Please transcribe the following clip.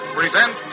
present